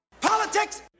politics